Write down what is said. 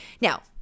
Now